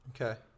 Okay